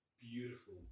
beautiful